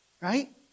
Right